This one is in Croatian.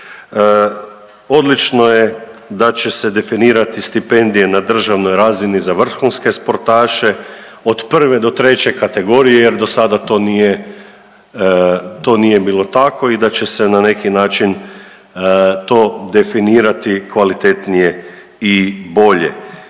Odlično je da će se definirati stipendije na državnoj razini za vrhunske sportaše od 1. do 3. kategorije, jer do sada to nije bilo tako i da će se na neki način to definirati kvalitetnije i bolje.